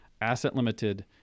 asset-limited